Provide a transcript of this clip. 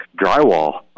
drywall